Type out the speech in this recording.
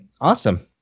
awesome